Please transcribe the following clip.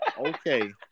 Okay